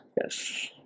Yes